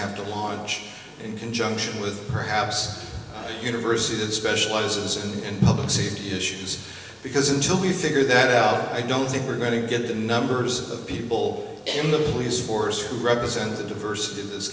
have to launch in conjunction with perhaps a university that specializes in public safety issues because until we figure that out i don't think we're going to get the numbers of people in the police force who represent the diversity in this